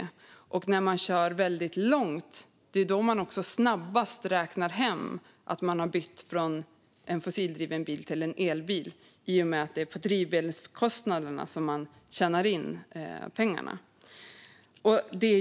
Det är också när man kör väldigt långt man som snabbast räknar hem att man bytt från en fossildriven bil till en elbil, i och med att det är på drivmedelskostnaderna man sparar in pengarna.